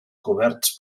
coberts